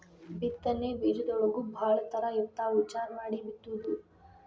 ಬಿತ್ತನೆ ಬೇಜದೊಳಗೂ ಭಾಳ ತರಾ ಇರ್ತಾವ ವಿಚಾರಾ ಮಾಡಿ ಬಿತ್ತುದು